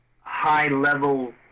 high-level